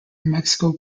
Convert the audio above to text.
mexico